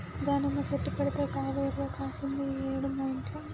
దానిమ్మ చెట్టు పెడితే కాయలు ఇరుగ కాశింది ఈ ఏడు మా ఇంట్ల